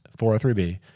403B